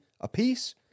apiece